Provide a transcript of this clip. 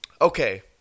Okay